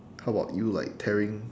how about you like tearing